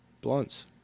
blunts